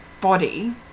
body